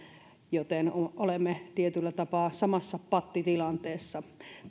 olemme tietyllä tapaa samassa pattitilanteessa